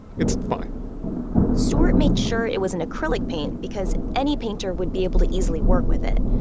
it's fine stuart made sure it was an acrylic paint because any painter would be able to easily work with it.